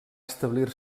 establir